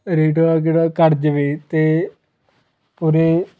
rate ਆ ਕਿਹੜਾ ਘੱਟ ਜਾਵੇ ਅਤੇ ਉਰੇ